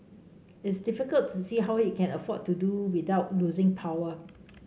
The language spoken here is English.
it's difficult to see how he can afford to do without losing power